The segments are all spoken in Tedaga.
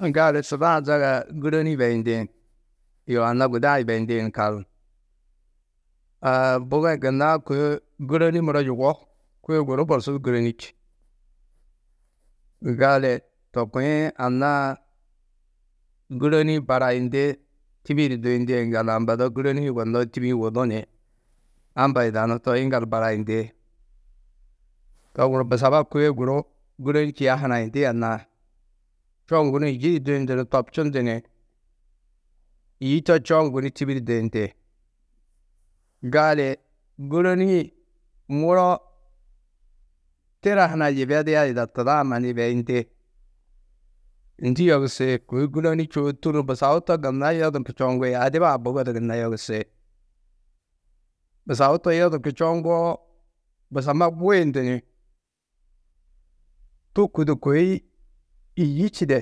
Gali Tuda-ã zaga gûroni yibeyindĩ, yoo anna guda-ã yibeyindĩ ni kal, aa bugo-ĩ gunna kôi gûroni muro yugó, kôe guru borsu du gûroni čî. Gali to kuĩ anna-ã gûroni-ĩ barayindi tîbi-ĩ du duyundîe yiŋgaldu ambado, gûroni yugonnoó, tîbi-ĩ wudu ni amba yidanú toi yiŋgaldu barayindi. To gunú busaba kôe guru gûroni čîa hanayindi anna-ã. Čoŋgu ni yî du duyundu ni tobčundu ni yî to čoŋgu ni tîbi di duyindi. Gali gûroni-ĩ muro tira huna yibedia yida, tuda-ã mannu yibeyindi. Ndî yogusi, kôi gûroni čûwo, tûrru busahu to gunna yodurku čoŋgi, adiba-ã bugo di gunna yogusi. Busau to yodurku čoŋgoo, busamma guyundu ni tûkudu kôi yî čîde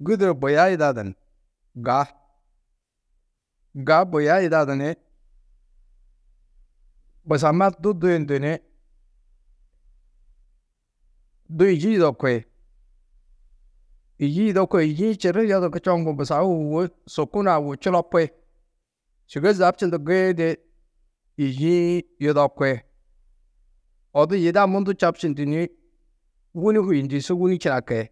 gûduro buya yidadu ni ga, ga buya yidadu ni busamma du duyundu ni du yî yudoki. Yî yudoki, yî-ĩ čirri hi yodurku čoŋgu, busau wô sukunã čulopi. Sûgoi zabčundu go-ĩ di yî-ĩ yudoki.